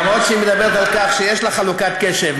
למרות שהיא מדברת על כך שיש לה חלוקת קשב,